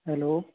hello